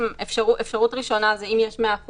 אפשרות ראשונה: אם יש 100%,